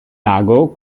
lago